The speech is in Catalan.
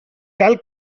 cal